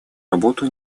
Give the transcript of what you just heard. работу